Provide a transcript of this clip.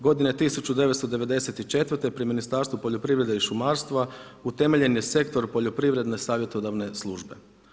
Godine 1994. pri Ministarstvu poljoprivrede i šumarstva utemeljen je Sektor poljoprivredne savjetodavne službe.